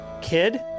kid